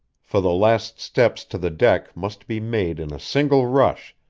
for the last steps to the deck must be made in a single rush,